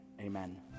Amen